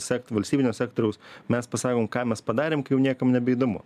sekt valstybinio sektoriaus mes pasakom ką mes padarėm kai jau niekam nebeįdomu